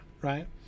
right